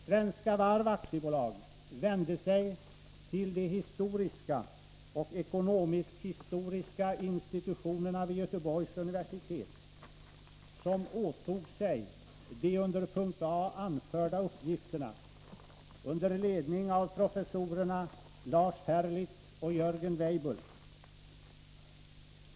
Svenska Varv AB vände sig till de historiska och ekonomisk-historiska institutionerna vid Göteborgs universitet, som åtog sig de under punkt a. anförda uppgifterna under ledning av professorerna Lars Herlitz och Jörgen Weibull.